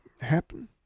happen